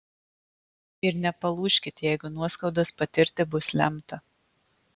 ir nepalūžkit jeigu nuoskaudas patirti bus lemta